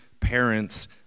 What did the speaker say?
parents